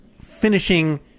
finishing